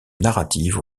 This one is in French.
narrative